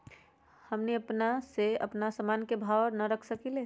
हमनी अपना से अपना सामन के भाव न रख सकींले?